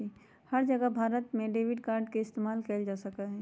हर जगह भारत में debit card के इस्तेमाल कइल जा सका हई